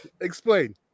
explain